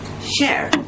share